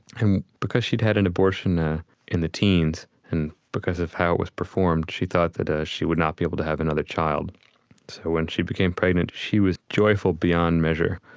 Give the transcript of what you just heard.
and because she'd had an abortion ah in the teens and because of how it was performed, she thought that ah she would not be able to have another child. so when she became pregnant, she was joyful beyond measure.